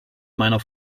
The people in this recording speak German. meiner